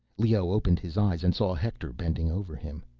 leoh opened his eyes and saw hector bending over him.